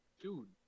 Dude